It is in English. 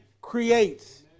creates